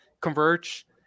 converge